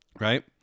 right